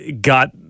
got